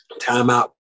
Timeout